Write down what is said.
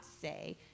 say